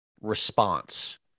response